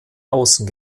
außen